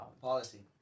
Policy